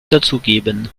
dazugeben